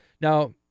Now